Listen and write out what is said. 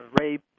rape